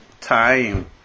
time